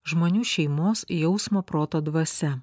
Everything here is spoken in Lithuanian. žmonių šeimos jausmo proto dvasia